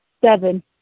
seven